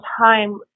time